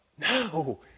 No